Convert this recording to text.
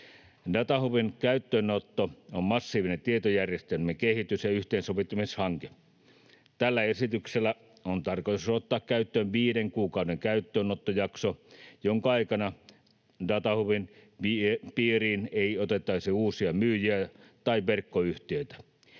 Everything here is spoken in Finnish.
Datahubin käyttöönotto on massiivinen tietojärjestelmien kehitys- ja yhteensovittamishanke. Tällä esityksellä on tarkoitus ottaa käyttöön viiden kuukauden käyttöönottojakso, jonka aikana datahubin piiriin ei otettaisi uusia myyjiä tai verkkoyhtiöitä.